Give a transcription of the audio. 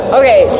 okay